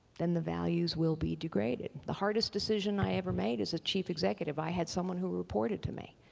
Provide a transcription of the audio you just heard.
then the values will be degraded. the hardest decision i ever made as a chief executive, i had someone who reported to me,